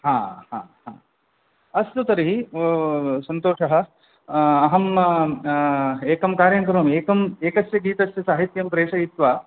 अस्तु तर्हि सन्तोषः अहम् एकं कार्यं करोमि एकम् एकस्य गीतस्य साहित्यं प्रेषयित्वा